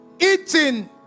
eating